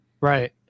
Right